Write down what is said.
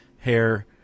hair